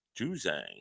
Juzang